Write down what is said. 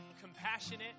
compassionate